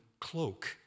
cloak